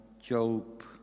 Job